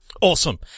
Awesome